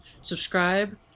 Subscribe